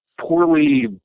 poorly